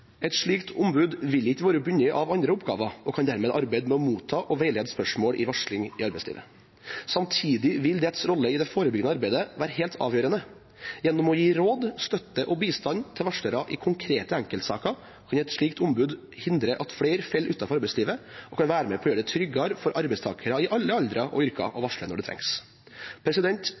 Et slik ombud vil ikke være bundet av andre oppgaver, og kan dermed arbeide med å motta og veilede i spørsmål om varsling i arbeidslivet. Samtidig vil dets rolle i det forebyggende arbeidet være helt avgjørende. Gjennom å gi råd, støtte og bistand til varslere i konkrete enkeltsaker kan et slikt ombud hindre at flere faller utenfor arbeidslivet, og være med på å gjøre det tryggere for arbeidstakere i alle aldre og yrker å varsle når det trengs.